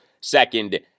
second